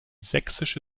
sächsische